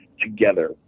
together